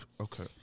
okay